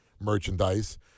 merchandise